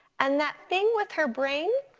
and that thing with her brain,